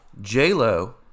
J-Lo